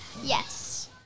Yes